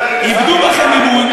איבדו בכם אמון.